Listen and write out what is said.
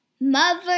Mother